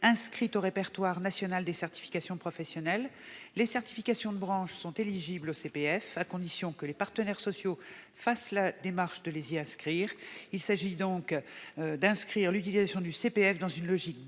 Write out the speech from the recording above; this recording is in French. inscrite au répertoire national des certifications professionnelles. Les certifications de branche sont éligibles au CPF à condition que les partenaires sociaux fassent la démarche de les inscrire audit répertoire. Il s'agit d'inscrire l'utilisation du CPF dans une logique